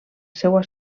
seua